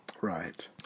Right